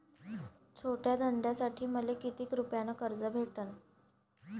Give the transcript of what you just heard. छोट्या धंद्यासाठी मले कितीक रुपयानं कर्ज भेटन?